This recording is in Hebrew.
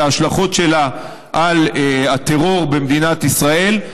ההשלכות שלה על הטרור במדינת ישראל.